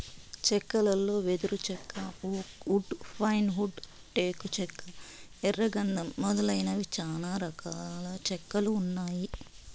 చెక్కలలో వెదురు చెక్క, ఓక్ వుడ్, పైన్ వుడ్, టేకు చెక్క, ఎర్ర గందం మొదలైనవి చానా రకాల చెక్కలు ఉన్నాయి